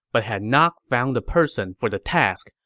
but had not found the person for the task.